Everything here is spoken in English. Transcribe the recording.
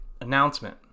announcement